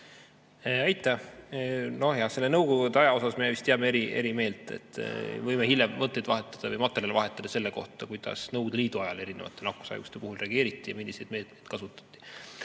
Aitäh! Nojah, selle nõukogude aja osas me vist jääme eri meelt. Võime hiljem mõtteid või materjale vahetada selle kohta, kuidas Nõukogude Liidu ajal erinevate nakkushaiguste korral reageeriti ja milliseid meetmeid kasutati.